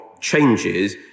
changes